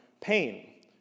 pain